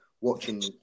watching